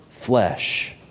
flesh